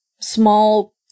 small